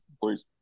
please